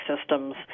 systems